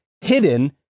hidden